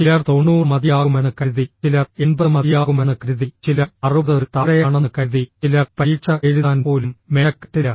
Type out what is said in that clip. ചിലർ 90 മതിയാകുമെന്ന് കരുതി ചിലർ 80 മതിയാകുമെന്ന് കരുതി ചിലർ 60 ൽ താഴെയാണെന്ന് കരുതി ചിലർ പരീക്ഷ എഴുതാൻ പോലും മെനക്കെട്ടില്ല